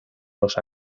los